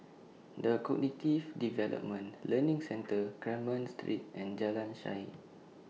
The Cognitive Development Learning Centre Carmen Street and Jalan Shaer